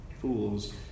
fools